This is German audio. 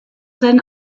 sein